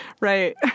Right